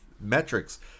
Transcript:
metrics